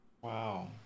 Wow